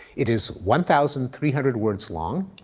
it is one thousand three hundred words long.